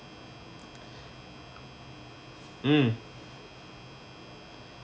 mm